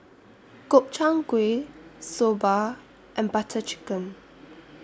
Gobchang Gui Soba and Butter Chicken